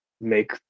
make